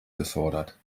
gefordert